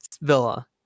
villa